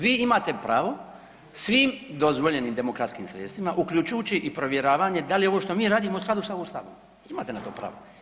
Vi imate pravo svim dozvoljenim demokratskim sredstvima uključujući i provjeravanje da li je ovo što mi radimo u skladu sa Ustavom, imate na to pravo.